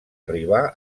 arribar